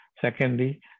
Secondly